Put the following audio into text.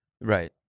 Right